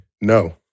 No